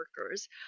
workers